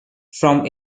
from